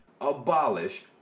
abolish